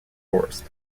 forest